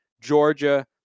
Georgia